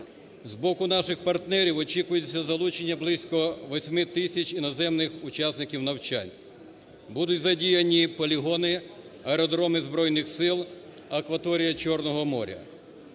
З боку наших партнерів очікується залучення близько 8 тисяч іноземних учасників навчань. Будуть задіяні полігони, аеродроми Збройних Сил, акваторія Чорного моря.